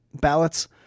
ballots